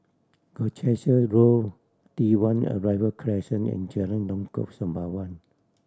Colchester Grove T One Arrival Crescent and Jalan Lengkok Sembawang